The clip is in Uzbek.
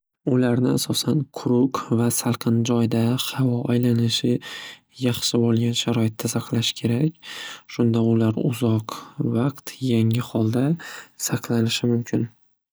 Ularni asosan quruq va salqin joyda va havo aylanishi yaxshi bo'lgan sharoitda saqlash kerak. Shunda ular uzoq vaqt yangi holda saqlanishi mumkin.